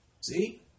See